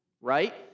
right